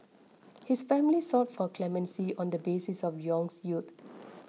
his family sought for clemency on the basis of Yong's youth